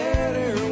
better